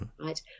right